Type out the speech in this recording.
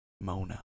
Mona